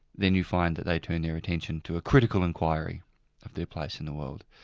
then you find that they turn their attention to a critical inquiry of their place in the world.